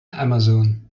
amazon